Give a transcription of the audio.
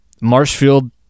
Marshfield